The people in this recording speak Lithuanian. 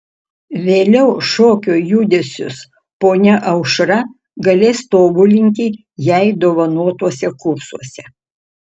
vėliau šokio judesius ponia aušra galės tobulinti jai dovanotuose kursuose